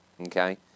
okay